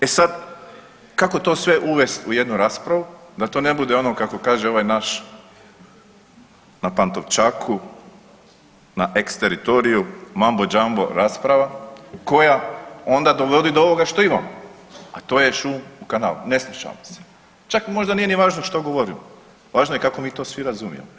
E sad kako to sve uvest i jednu raspravu da to ne bude ono kako kaže ovaj naš na Pantovčaku na ex teritoriju, mambo jambo rasprava koja onda dovodi do ovoga što imamo, a to je šum u kanalu, ne slušamo se, čak možda nije ni važno što govorimo, važno je kako mi to svi razumijemo.